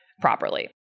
properly